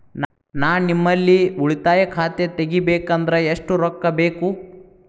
ನಾ ನಿಮ್ಮಲ್ಲಿ ಉಳಿತಾಯ ಖಾತೆ ತೆಗಿಬೇಕಂದ್ರ ಎಷ್ಟು ರೊಕ್ಕ ಬೇಕು?